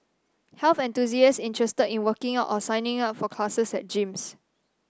health enthusiasts interested in working out or signing up for classes at gyms